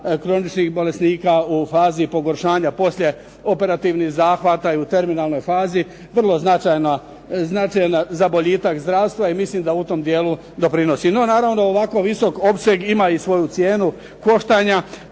kroničnih bolesnika u fazi pogoršanja, poslije operativnih zahvata i u terminalnoj fazi, vrlo značajna za boljitak zdravstva i mislim da u tom dijelu doprinosi. No naravno da ovako visok opseg ima i svoju cijenu koštanja,